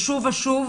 שוב ושוב,